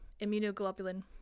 immunoglobulin